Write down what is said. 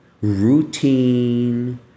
routine